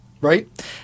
right